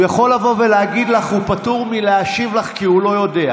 הוא יכול לבוא ולהגיד לך שהוא פטור מלהשיב לך כי הוא לא יודע.